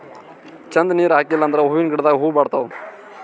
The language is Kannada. ಛಂದ್ ನೀರ್ ಹಾಕಿಲ್ ಅಂದ್ರ ಹೂವಿನ ಗಿಡದಾಗ್ ಹೂವ ಬಾಡ್ತಾವ್